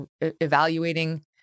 evaluating